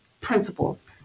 principles